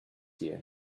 year